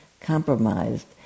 compromised